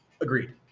agreed